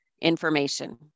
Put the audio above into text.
information